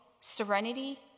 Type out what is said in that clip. serenity